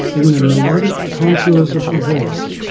in the melodic contours of her voice,